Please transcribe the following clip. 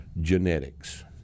Genetics